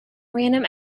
random